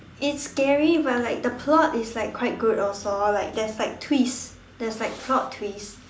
it's scary but like the plot is like quite good also like there's like twists there's like plot twist